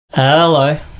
hello